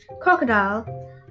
Crocodile